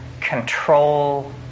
control